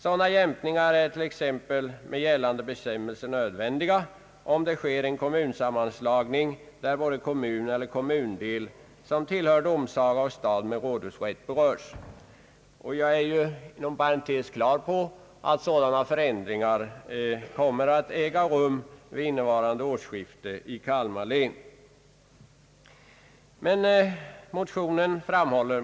Sådana jämkningar är t.ex. med gällande bestämmelser nödvändiga, om det sker en kommunsammanläggning där både kommun eller kommundel som tillhör domsaga och stad med rådhusrätt berörs.» Jag är inom parentes sagt på det klara med att sådana förändringar kommer att äga rum vid innevarande årsskifte i Kalmar län.